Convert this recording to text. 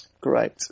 Great